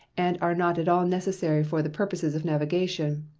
and are not at all necessary for the purposes of navigation,